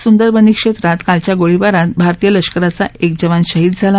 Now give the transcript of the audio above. सुंदरबनी क्षेत्रात कालच्या गोळीबारात भारतीय लष्कराचा एक जवान शहीद झाला